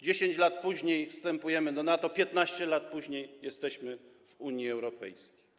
10 lat później wstępujemy do NATO, 15 lat później jesteśmy w Unii Europejskiej.